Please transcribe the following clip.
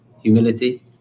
humility